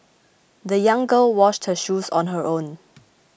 the young girl washed her shoes on her own